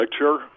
lecture